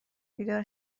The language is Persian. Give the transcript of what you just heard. بیدار